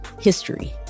history